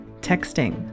texting